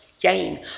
gain